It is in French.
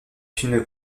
une